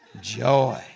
joy